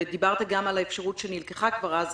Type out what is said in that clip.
ודיברת גם על האפשרות שנלקחה כבר אז,